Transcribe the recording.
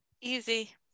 Easy